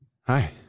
Hi